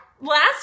last